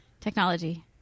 Technology